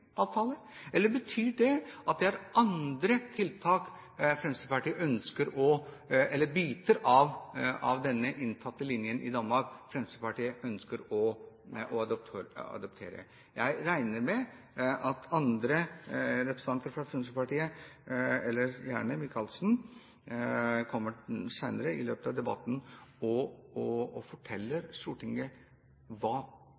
Eller betyr det at det er biter av den innførte linjen i Danmark Fremskrittspartiet ønsker å adoptere? Jeg regner med at andre representanter fra Fremskrittspartiet, eller gjerne Michaelsen, kommer senere i debatten og forteller Stortinget hva konklusjonen er av refleksjonene hun gjorde seg rundt Danmarks innføring av ny linje når det gjelder Schengen-samarbeid og